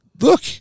look